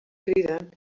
criden